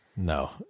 No